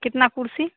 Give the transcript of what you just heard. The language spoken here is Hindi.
कितना कुर्सी